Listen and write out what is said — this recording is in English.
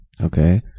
Okay